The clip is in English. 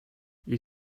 you